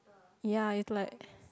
ya it's like